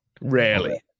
Rarely